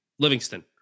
Livingston